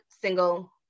single